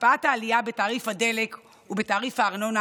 הקפאת העלייה בתעריף הדלק ובתעריף הארנונה